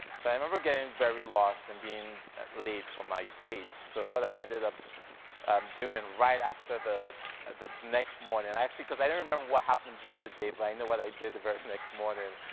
so i remember getting very lost and being late for my date, so what i ended up um doing right after the the next morning, actually, because i don't remember what happened during the date, but i know what i did the very next morning.